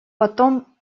потом